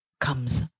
comes